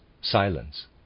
silence